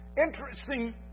Interesting